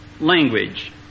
language